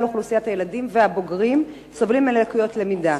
אוכלוסיית הילדים והבוגרים סובלים מלקויות למידה,